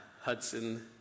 Hudson